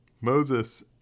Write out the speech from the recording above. Moses